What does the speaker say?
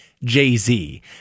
Jay-Z